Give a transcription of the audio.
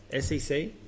SEC